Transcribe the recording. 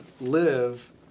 live